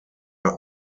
are